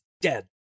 dead